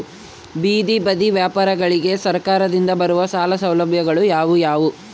ಬೇದಿ ಬದಿ ವ್ಯಾಪಾರಗಳಿಗೆ ಸರಕಾರದಿಂದ ಬರುವ ಸಾಲ ಸೌಲಭ್ಯಗಳು ಯಾವುವು?